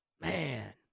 Man